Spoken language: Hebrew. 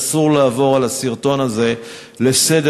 אסור לעבור על הסרטון הזה לסדר-היום,